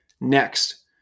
Next